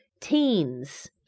teens